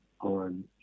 on